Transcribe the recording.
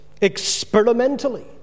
Experimentally